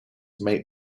may